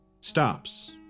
stops